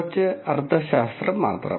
കുറച്ച് അർത്ഥശാസ്ത്രം മാത്രം